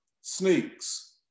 sneaks